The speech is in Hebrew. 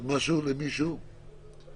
יש עוד משהו שמישהו רוצה לומר?